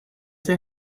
they